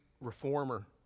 reformer